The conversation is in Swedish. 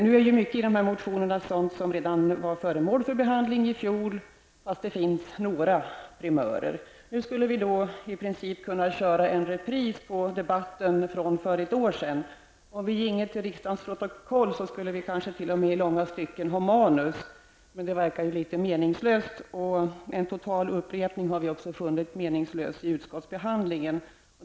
Mycket av det som tas upp i motionerna är sådant som var föremål för behandling redan i fjol, fast det finns några primörer. Vi skulle i princip kunna köra en repris på debatten för ett år sedan. Om vi ginge till riksdagens protokoll, skulle vi kanske t.o.m. i långa stycken ha manus. Men det verkar meningslöst, och en total upprepning har vi också funnit meningslös vid utskottsbehandlingen.